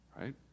Right